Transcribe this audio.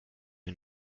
mir